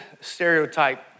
stereotype